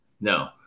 No